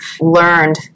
learned